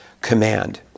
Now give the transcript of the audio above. command